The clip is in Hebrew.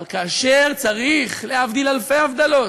אבל כאשר צריך, להבדיל אלפי הבדלות,